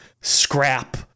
scrap